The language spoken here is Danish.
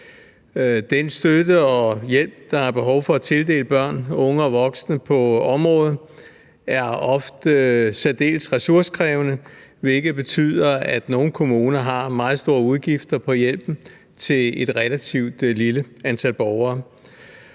Den støtte og hjælp, der er behov for at tildele børn, unge og voksne på området, er ofte særdeles ressourcekrævende, hvilket betyder, at nogle kommuner har meget store udgifter til hjælpen til et relativt lille antal borgere,